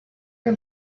can